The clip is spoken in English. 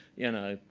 you know,